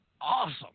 awesome